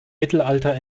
mittelalter